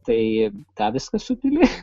tai tą viską supili